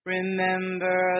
Remember